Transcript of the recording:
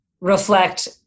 reflect